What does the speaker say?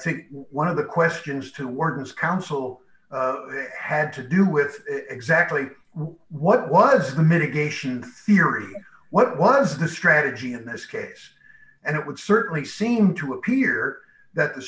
think one of the questions to warden's counsel had to do with exactly what was mitigation theory what was the strategy in this case and it would certainly seem to appear that the